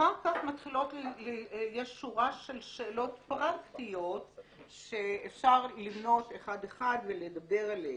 אחר כך יש שורה של שאלות פרקטיות שאפשר למנות אחת אחת ולדבר עליהן.